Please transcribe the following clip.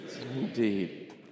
Indeed